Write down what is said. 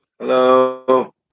Hello